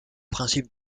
principe